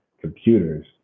computers